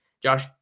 Josh